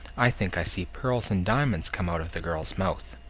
i think i see pearls and diamonds come out of the girl's mouth!